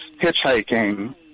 Hitchhiking